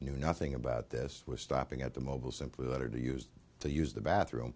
knew nothing about this was stopping at the mobile simple letter to use to use the bathroom